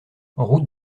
route